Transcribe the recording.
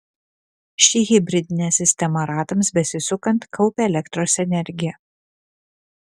ši hibridinė sistema ratams besisukant kaupia elektros energiją